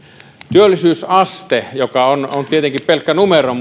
työllisyysaste joka on tietenkin pelkkä numero